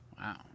wow